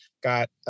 got